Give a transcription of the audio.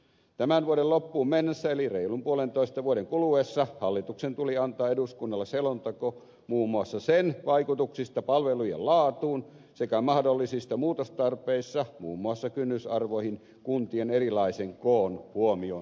tämän vuoden loppuun mennessä eli reilun puolentoista vuoden kuluessa hallituksen tuli antaa eduskunnalle selonteko muun muassa sen vaikutuksista palvelujen laatuun sekä mahdollisista muutostarpeista muun muassa kynnysarvoihin kuntien erilaisen koon huomioon ottaen